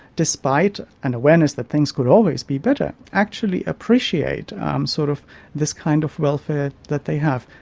despite an awareness that things could always be better, actually appreciate um sort of this kind of welfare that they have.